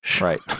Right